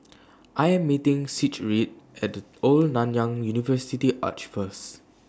I Am meeting Sigrid At The Old Nanyang University Arch First